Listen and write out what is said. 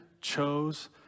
chose